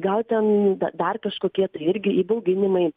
gal ten dar kažkokie tai irgi įbauginimai